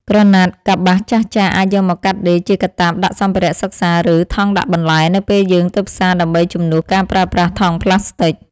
ក្រណាត់កប្បាសចាស់ៗអាចយកមកកាត់ដេរជាកាតាបដាក់សម្ភារៈសិក្សា ឬ ថង់ដាក់បន្លែនៅពេលយើងទៅផ្សារដើម្បីជំនួសការប្រើប្រាស់ថង់ប្លាស្ទិក។